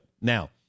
Now